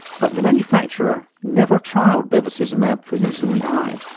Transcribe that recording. but the manufacturer never trialled bevacizumab for use in the eye.